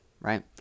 right